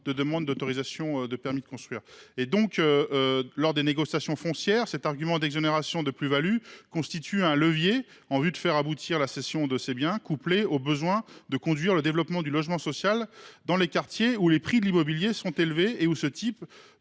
de demande de permis de construire. Lors des négociations foncières, l’argument de l’exonération de plus values constitue un levier en vue de faire aboutir la cession de ces biens, couplé aux besoins de développer le logement social dans les quartiers où les prix de l’immobilier sont élevés et où ce type